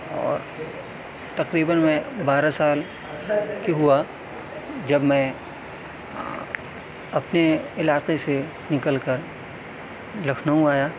اور تقریباً میں بارہ سال کے ہوا جب میں اپنے علاقہ سے نکل کر لکھنؤ آیا